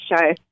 show